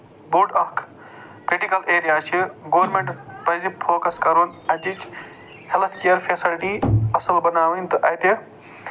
بوٚڈ اکھ critical area چھُ گورمٮ۪نٛٹَس پَزِ فوکَس کرُن اَتہِ ہٮ۪لٔتھ کِیر فیسَلٹی اَصٕل بَناوٕنۍ تہٕ اَتہِ